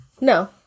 no